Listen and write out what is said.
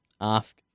ask